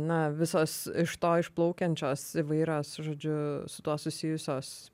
na visos iš to išplaukiančios įvairios žodžiu su tuo susijusios